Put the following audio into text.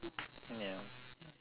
ya